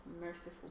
merciful